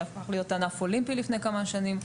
שהפך להיות ענף אולימפי לפני כמה שנים,